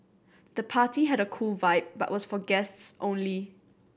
the party had a cool vibe but was for guests only